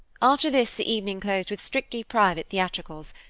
after this the evening closed with strictly private theatricals,